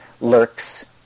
lurks